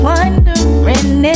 Wondering